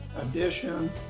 edition